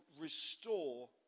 restore